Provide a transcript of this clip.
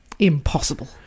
Impossible